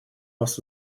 вас